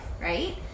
right